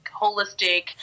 holistic